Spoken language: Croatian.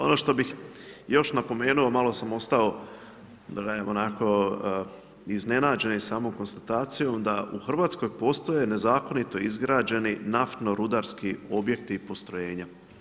Ono što bih još napomenuo, malo sam ostao onako iznenađen samom konstatacijom da u Hrvatskoj postoje nezakonito izgrađeni naftno-rudarski objekti i postrojenja.